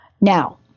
Now